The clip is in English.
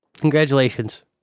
Congratulations